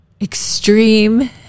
extreme